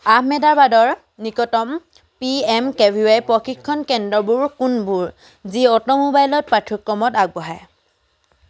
আহমেদাবাদৰ নিকটতম P M K V Y প্ৰশিক্ষণ কেন্দ্ৰবোৰ কোনবোৰ যি অটোমোবাইলত পাঠ্যক্ৰমত আগবঢ়ায়